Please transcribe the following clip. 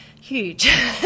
huge